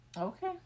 Okay